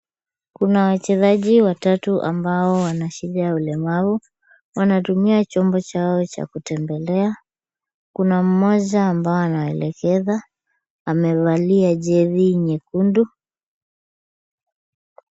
Kuna wachezaji watatu ambao wana shida ya ulemavu. Wanatumia chombo chao cha kutembelea. Kuna mmoja ambaye anawaelekeza. Amevalia jezi nyekundu.